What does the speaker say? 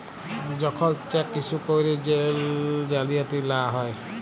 যখল cheque issue ক্যইরে জেল জালিয়াতি লা হ্যয়